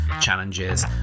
challenges